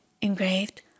engraved